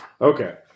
Okay